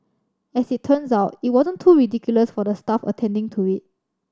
as it turns out it wasn't too ridiculous for the staff attending to it